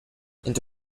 into